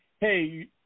Hey